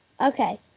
Okay